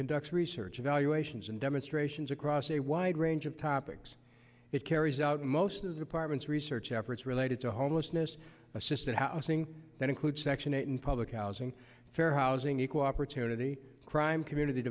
conducts research evaluations and demonstrations across a wide range of topics it carries out most of departments research efforts related to homelessness assisted housing that include section eight in public housing fair housing equal opportunity crime community